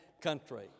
country